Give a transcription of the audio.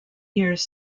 years